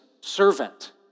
servant